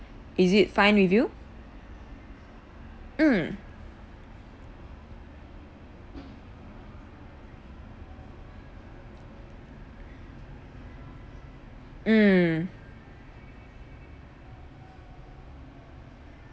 is it fine with you mm mm